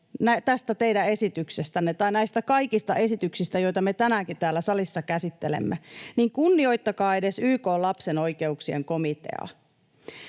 tästä teidän esityksestänne tai näistä kaikista esityksistä, joita me tänäänkin täällä salissa käsittelemme, niin kunnioittakaa edes YK:n lapsen oikeuksien komiteaa.